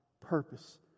purpose